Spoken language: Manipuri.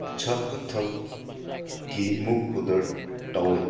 ꯑꯆꯥ ꯑꯊꯛ ꯀꯤꯃꯨꯛ ꯑꯣꯗꯔ ꯇꯧꯋꯦ